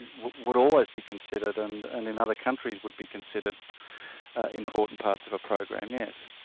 and would always be considered and and in other countries would be considered important parts of a program, yes.